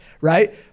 right